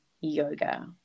Yoga